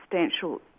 substantial